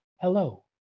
Hello